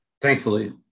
thankfully